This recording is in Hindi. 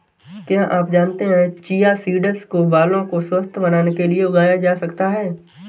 क्या आप जानते है चिया सीड्स को बालों को स्वस्थ्य बनाने के लिए लगाया जा सकता है?